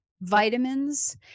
vitamins